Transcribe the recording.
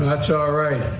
that's all right.